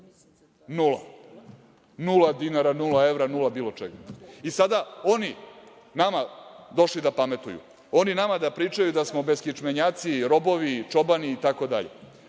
Nula, nula dinara, nula evra, nula bilo čega. Sada oni nama došli da pametuju, oni nama da pričaju da smo beskičmenjaci, robovi, čobani itd. Nije